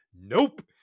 nope